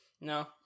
No